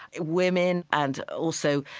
women, and also,